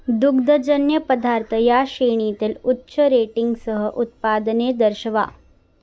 दुग्धजन्य पदार्थ या श्रेणीतील उच्च रेटिंगसह उत्पादने दर्शवा